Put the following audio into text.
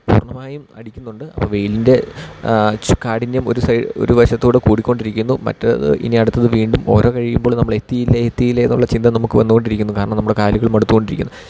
പൂർണമായും അടിക്കുന്നുണ്ട് അപ്പോൾ വെയിലിൻ്റെ കാഠിന്യം ഒരു സൈ ഒരു വശത്ത് കൂടി കൂടിക്കൊണ്ടിരിക്കുന്നു മറ്റേത് ഇനി അടുത്തത് വീണ്ടും ഓരോ കഴിയുമ്പോള് നമ്മള് എത്തിയില്ലേ എത്തിയില്ലേ എന്നുള്ള ചിന്ത നമുക്ക് വന്നുകൊണ്ടിരിക്കുന്നു കാരണം നമ്മുടെ കാലുകൾ മടുത്തു കൊണ്ടിരിക്കുന്നു